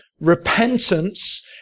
repentance